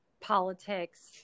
politics